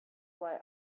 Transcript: why